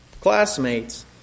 classmates